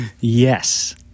Yes